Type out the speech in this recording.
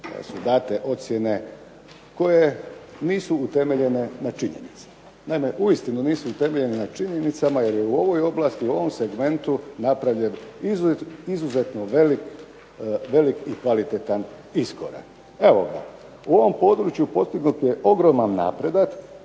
su date ocjene koje nisu utemeljene na činjenicama. Naime, uistinu nisu utemeljene na činjenicama jer je u ovoj oblasti i u ovom segmentu napravljen izuzetno velik i kvalitetan iskorak. Evo ga, u ovom području postignut je ogroman napredak